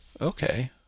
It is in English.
okay